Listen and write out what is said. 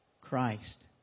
Christ